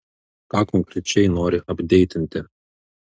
ką konkrečiai nori apdeitinti